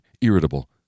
irritable